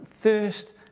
first